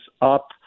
up